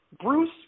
Bruce